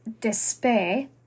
despair